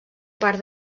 part